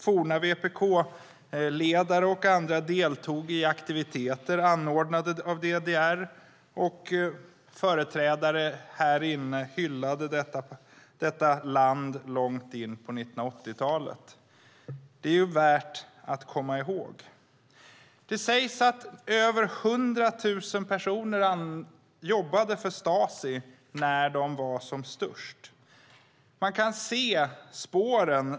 Forna VPK-ledare och andra deltog i aktiviteter anordnade av DDR, och företrädare här inne hyllade detta land långt in på 1980-talet. Det är det värt att komma ihåg. Det sägs att över 100 000 personer jobbade för Stasi när Stasi var som störst. Man kan se spåren.